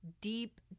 deep